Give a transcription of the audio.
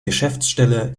geschäftsstelle